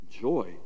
joy